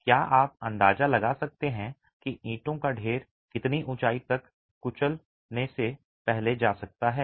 क्या आप अंदाजा लगा सकते हैं कि ईंटों का ढेर कितनी ऊंचाई तक कुचल ने से पहले जा सकता है